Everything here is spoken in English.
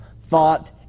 thought